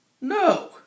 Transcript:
No